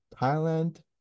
Thailand